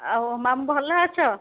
ଆଉ ମାମୁଁ ଭଲ ଅଛ